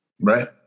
Right